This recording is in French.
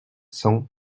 cent